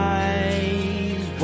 eyes